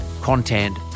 content